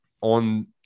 on